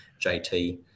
JT